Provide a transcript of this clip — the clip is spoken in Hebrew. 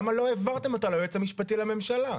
למה לא העברתם אותה ליועץ המשפטי לממשלה?